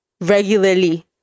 regularly